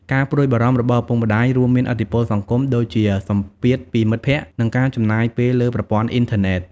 ការព្រួយបារម្ភរបស់ឪពុកម្តាយរួមមានឥទ្ធិពលសង្គម ដូចជាសម្ពាធពីមិត្តភក្តិ និងការចំណាយពេលលើប្រព័ន្ធអ៊ីនធឺណិត។